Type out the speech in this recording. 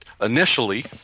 initially –